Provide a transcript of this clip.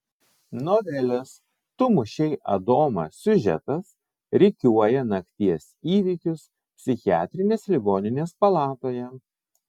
novelės tu mušei adomą siužetas rikiuoja nakties įvykius psichiatrinės ligoninės palatoje